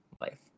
life